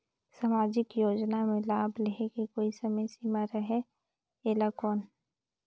समाजिक योजना मे लाभ लहे के कोई समय सीमा रहे एला कौन?